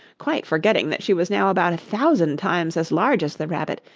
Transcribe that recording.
quite forgetting that she was now about a thousand times as large as the rabbit,